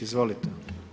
Izvolite.